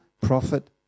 prophet